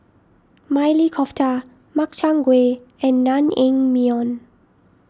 Maili Kofta Makchang Gui and Naengmyeon